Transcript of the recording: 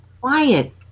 quiet